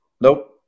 Nope